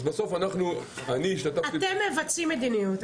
בסוף אני השתתפתי --- אתם מבצעים מדיניות,